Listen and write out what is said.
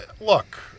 look